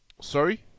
Sorry